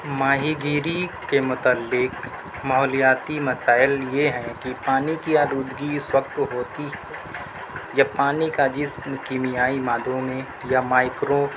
ماہی گیری کے متعلق ماحولیاتی مسائل یہ ہیں کہ پانی کی آلودگی اس وقت ہوتی ہے جب پانی کا جسم کیمیائی مادوں میں یا مائیکرو